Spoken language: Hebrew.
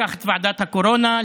לקח את ועדת הקורונה,